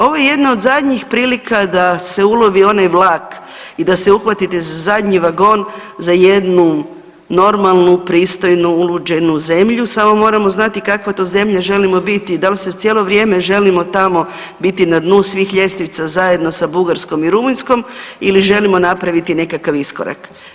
Ovo je jedna od zadnjih prilika da se ulovi onaj vlak i da se uhvatite za zadnji vagon za jednu normalnu, pristojnu, uljuđenu zemlju samo moramo znati kakva to zemlja želimo biti, da li se cijelo vrijeme želimo tamo biti na dnu svih ljestvica zajedno sa Bugarskom i Rumunjskom ili želimo napraviti nekakav iskorak.